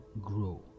grow